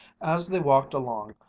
as they walked along,